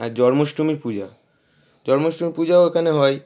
আর জন্মাষ্ঠমীর পূজা জন্মাষ্ঠমীর পূজা ওখানে হয়